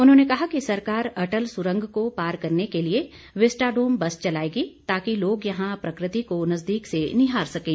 उन्होंने कहा कि सरकार अटल सुरंग को पार करने के लिए विस्टाडोम बस चलाएगी ताकि लोग यहां प्रकृति को नजदीक से निहार सकें